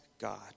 God